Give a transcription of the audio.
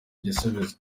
igisubizo